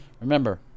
remember